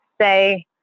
say